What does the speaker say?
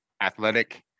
athletic